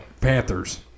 Panthers